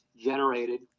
generated